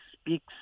speaks